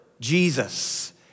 Jesus